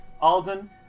Alden